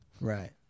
Right